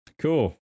Cool